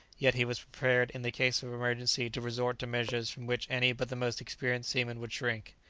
yet he was prepared in the case of emergency to resort to measures from which any but the most experienced seaman would shrink.